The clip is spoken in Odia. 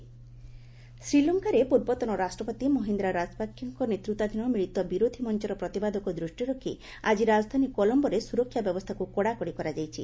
ଏସ୍ଏଲ୍ ଶ୍ରୀଲଙ୍କାରେ ପୂର୍ବତନ ରାଷ୍ଟ୍ରପତି ମହିନ୍ଦ୍ରା ରାଜପାକ୍ଷେଙ୍କ ନେତୃତ୍ୱାଧୀନ ମିଳିତ ବିରୋଧୀ ମଞ୍ଚର ପ୍ରତିବାଦକୁ ଦୂଷ୍ଟିରେ ରଖି ଆଜି ରାଜଧାନୀ କଲମ୍ଘୋରେ ସୁରକ୍ଷା ବ୍ୟବସ୍ଥାକୁ କଡ଼ାକଡ଼ି କରାଯାଇଛି